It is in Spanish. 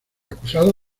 acusado